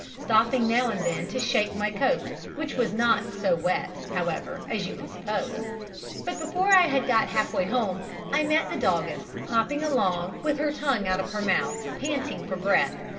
stopping now and then to shake my coat, which was not so wet, however, as you would suppose but before i had got half way home i met the doggess, hopping along, with her tongue out of her mouth, panting for breath,